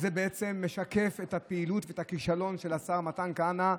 זה בעצם משקף את הפעילות ואת הכישלון של השר מתן כהנא,